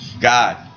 God